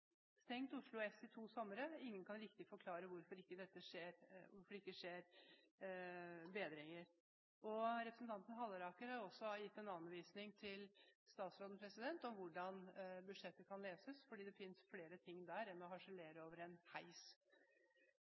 stengt to somre. Ingen kan riktig forklare hvorfor det ikke skjer bedringer. Representanten Halleraker har også gitt en anvisning til statsråden om hvordan budsjettet kan leses, fordi det finnes flere ting der enn å harselere over en heis.